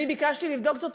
אני ביקשתי לבדוק זאת.